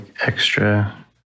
extra